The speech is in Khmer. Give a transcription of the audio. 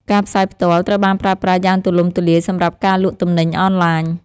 ការផ្សាយផ្ទាល់ ត្រូវបានប្រើប្រាស់យ៉ាងទូលំទូលាយសម្រាប់ការលក់ទំនិញអនឡាញ។